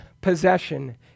possession